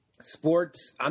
sports –